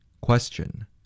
Question